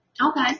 Okay